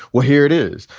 well, here it is.